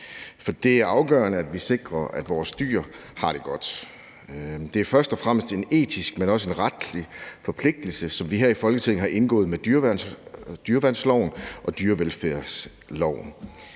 for det er afgørende, at vi sikrer, at vores dyr har det godt. Det er først og fremmest en etisk, men også en retlig forpligtelse, som vi her i Folketinget har indgået med dyreværnsloven og dyrevelfærdsloven.